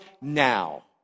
now